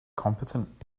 competent